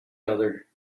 other